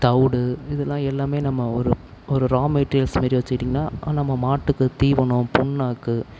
தவிடு இதெலாம் எல்லாமே நம்ம ஒரு ஒரு ரா மெட்டீரியல்ஸ் மாதிரி வச்சுக்கிட்டிங்கனா நம்ம மாட்டுக்கு தீவனம் பிண்ணாக்கு